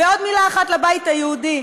ועוד מילה אחת לבית היהודי,